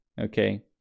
okay